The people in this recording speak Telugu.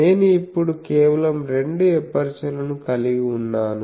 నేను ఇప్పుడు కేవలం రెండు ఎపర్చర్లను కలిగి ఉన్నాను